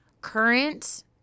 current